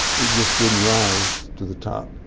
it just didn't rise to the top.